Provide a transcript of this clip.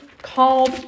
called